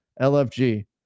LFG